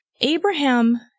Abraham